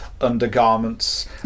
undergarments